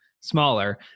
smaller